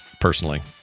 personally